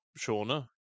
Shauna